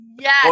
yes